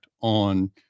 on